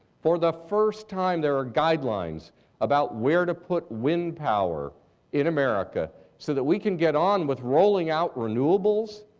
for the first time there are guidelines about where to put wind power in america so that we can get on with rolling out renewables,